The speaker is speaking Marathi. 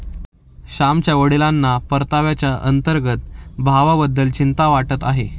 श्यामच्या वडिलांना परताव्याच्या अंतर्गत भावाबद्दल चिंता वाटत आहे